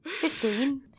Fifteen